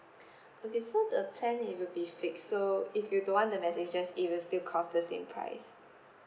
okay so the plan it will be fixed so if you don't want the messages it will still cost the same price